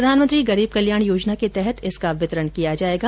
प्रधानमंत्री गरीब कल्याण योजना के तहत इसका वितरण किया जाएगा